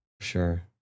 sure